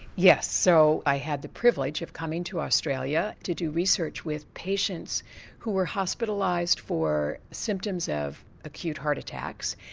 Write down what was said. yes, so i had the privilege of coming to australia to do research with patients who were hospitalised for symptoms of acute heart attacks,